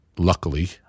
Luckily